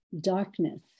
darkness